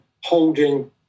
holding